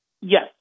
Yes